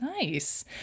nice